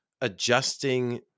adjusting